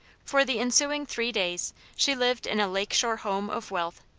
for the ensuing three days she lived in a lake shore home of wealth.